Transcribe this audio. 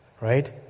right